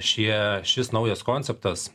šie šis naujas konceptas